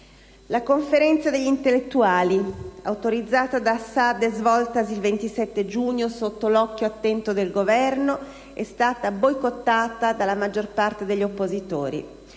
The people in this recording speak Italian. La Conferenza degli intellettuali, autorizzata da Assad e svoltasi il 27 giugno sotto l'occhio attento del Governo, è stata boicottata dalla maggior parte degli oppositori,